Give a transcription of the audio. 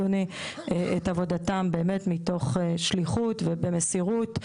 את עבודתם באמת מתוך שליחות ובמסירות,